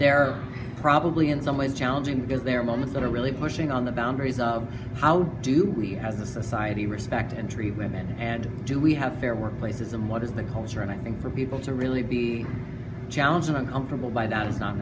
they're probably in some ways challenging because there are moments that are really pushing on the boundaries of how do we as a society respect and treat women and do we have fair workplaces and what is the culture and i think for people to really be challenging uncomfortable by that is not